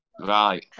right